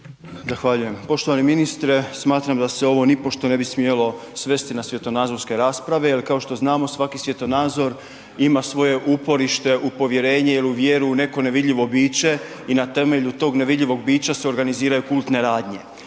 Zahvaljujem. Poštovani ministre, smatram da se ovo nipošto ne bi smjelo svesti na svjetonazorske rasprave jer kao što znamo, svaki svjetonazor ima svoje uporište u povjerenje ili u vjeru u neko nevidljivo biće i na temelju tog nevidljivog bića se organiziraju kultne radnje.